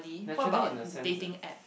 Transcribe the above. naturally in the sense that